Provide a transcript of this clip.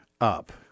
up